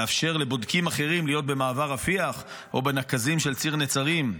לאפשר לבודקים אחרים להיות במעבר רפיח או בנקזים של ציר נצרים,